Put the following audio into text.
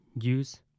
use